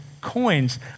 coins